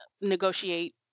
negotiate